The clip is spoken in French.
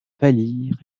pâlir